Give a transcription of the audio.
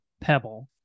Pebble